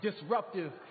disruptive